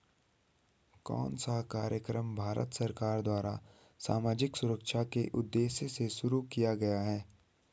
कौन सा कार्यक्रम भारत सरकार द्वारा सामाजिक सुरक्षा के उद्देश्य से शुरू किया गया है?